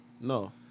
No